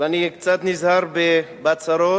ואני קצת נזהר בהצהרות,